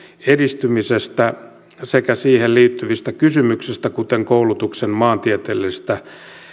edistymisestä sekä siihen liittyvistä kysymyksistä kuten koulutuksen maantieteellisestä